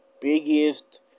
biggest